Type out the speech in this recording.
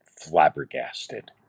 flabbergasted